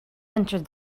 entered